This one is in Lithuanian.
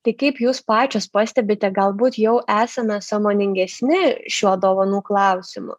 tai kaip jūs pačios pastebite galbūt jau esame sąmoningesni šiuo dovanų klausimu